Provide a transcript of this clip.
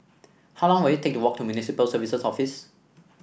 how long will it take to walk to Municipal Services Office